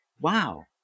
wow